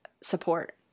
support